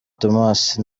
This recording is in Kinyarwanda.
thomas